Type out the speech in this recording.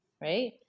Right